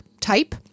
type